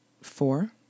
four